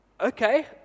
Okay